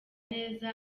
neza